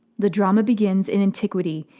the drama begins in antiquity,